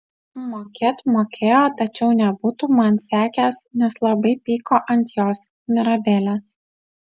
mokėt mokėjo tačiau nebūtų man sekęs nes labai pyko ant jos mirabelės